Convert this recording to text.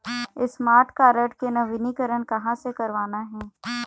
Smart card के नवीनीकरण कहां से करवाना हे?